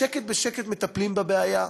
בשקט בשקט מטפלים בבעיה.